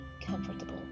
comfortable